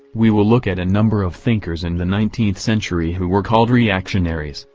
we will look at a number of thinkers in the nineteenth century who were called reactionaries,